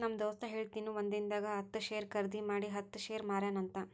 ನಮ್ ದೋಸ್ತ ಹೇಳತಿನು ಒಂದಿಂದಾಗ ಹತ್ತ್ ಶೇರ್ ಖರ್ದಿ ಮಾಡಿ ಹತ್ತ್ ಶೇರ್ ಮಾರ್ಯಾನ ಅಂತ್